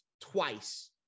twice